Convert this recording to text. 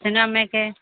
അച്ഛനും അമ്മയൊക്കെ